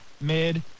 mid